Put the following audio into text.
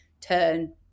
turn